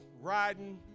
riding